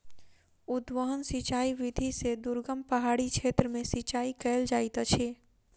उद्वहन सिचाई विधि से दुर्गम पहाड़ी क्षेत्र में सिचाई कयल जाइत अछि